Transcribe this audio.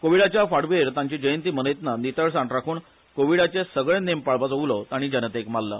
कोविडाच्या फांटभूयेर तांची जयंती मनयतना नितळसाण राखून कोविडाचे सगळे नेम पाळपाचो उलो जनतेक माल्ला